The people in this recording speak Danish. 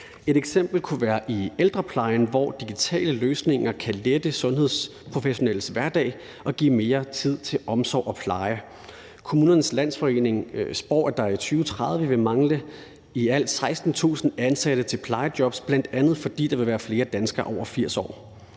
Et eksempel kunne være i ældreplejen, hvor digitale løsninger kan lette sundhedsprofessionelles hverdag og give mere tid til omsorg og pleje. Kommunernes Landsforening spår, at der i 2030 vil mangle i alt 16.000 ansatte til plejejobs, bl.a. fordi der vil være flere danskere over 80 år.